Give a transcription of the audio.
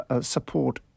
support